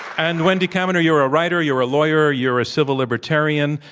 and, wendy kaminer, you're a writer. you're a lawyer. you're a civil libertarian.